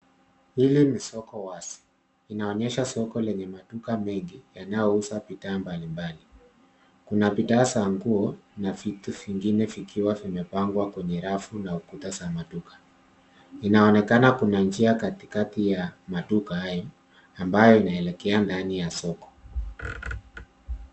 Hili ni soko wazi. Inaonyesha soko lenye maduka mengi yanayouza bidhaa mbali mbali. Kuna bidhaa za nguo na vitu vingine vikiwa vimepangwa kwenye rafu na ukuta za maduka. Inaonekana kuna njia katikati ya maduka hayo ambayo inaelekea ndani ya soko.